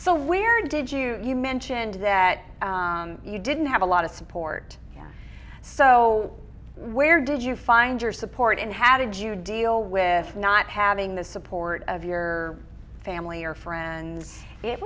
so where did you you mentioned that you didn't have a lot of support so where did you find your support and how did you deal with not having the support of your family or friends it